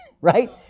right